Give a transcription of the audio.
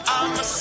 I'ma